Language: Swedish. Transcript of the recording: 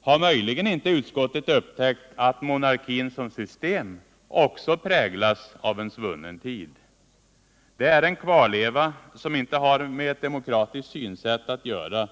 Har möjligen inte utskottet upptäckt att monarkin som system också präglas av en svunnen tid? Den är en kvarleva som inte har med ett demokratiskt synsätt att göra.